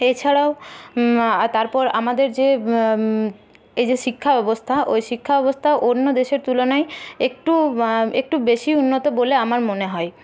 এছাড়াও তারপর আমাদের যে এই যে শিক্ষা ব্যবস্থা ওই শিক্ষা ব্যবস্থা অন্য দেশের তুলনায় একটু একটু বেশীই উন্নত বলে আমার মনে হয়